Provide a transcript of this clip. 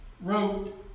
wrote